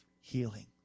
healing